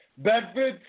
Bedford